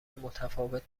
متفاوت